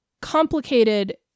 complicated